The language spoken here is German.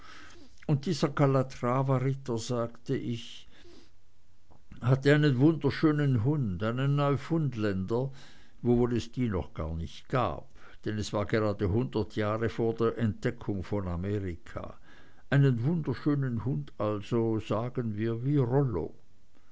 und dieser kalatravaritter sag ich hatte einen wunderschönen hund einen neufundländer wiewohl es die noch gar nicht gab denn es war grade hundert jahre vor der entdeckung von amerika einen wunderschönen hund also sagen wir wie rollo